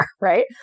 right